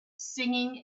singing